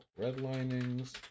redlining's